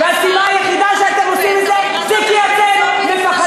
והסיבה היחידה לכך שאתם עושים את זה היא שאתם מפחדים.